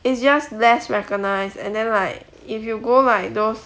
it's just less recognised and then like if you go like those